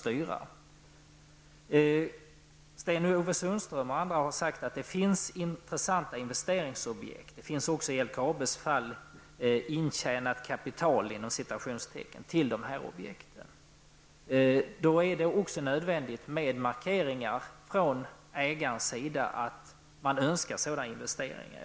Bl.a. Sten-Ove Sundström har sagt att det finns intressanta investeringsobjekt. I fråga om LKAB finns det också ett ''intjänat kapital'' vad gäller de här objekten. Då är det också nödvändigt med markeringar från ägarens sida om att sådana investeringar önskas.